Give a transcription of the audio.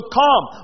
come